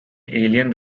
alien